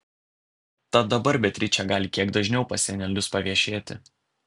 tad dabar beatričė gali kiek dažniau pas senelius paviešėti